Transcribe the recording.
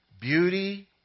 beauty